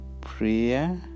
prayer